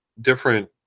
different